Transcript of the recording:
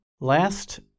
Last